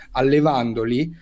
allevandoli